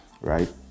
right